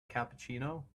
cappuccino